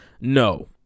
No